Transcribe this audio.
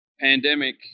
pandemic